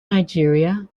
nigeria